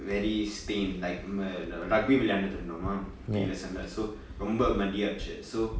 very stained like rugby விளையாடிக்கிடு இருந்தோமா:vilayaadikittu irunthomaa P_E lesson so ரொம்ப:romba muddy இருந்துச்சு:irunthuchu so